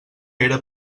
era